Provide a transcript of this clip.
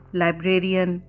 librarian